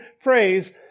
phrase